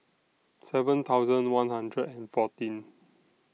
seven thousand one hundred and fourteen